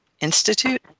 Institute